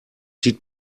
sieht